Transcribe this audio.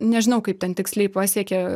nežinau kaip ten tiksliai pasiekė